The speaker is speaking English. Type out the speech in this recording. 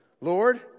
Lord